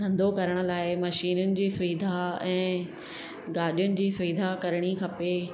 धंधो करण लाइ मशीनुनि जी सुविधा ऐं गाॾियुनि जी सुविधा करिणी खपे